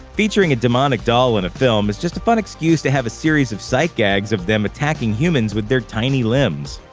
featuring a demonic doll in and a film is just a fun excuse to have a series of sight gags of them attacking humans with their tiny limbs.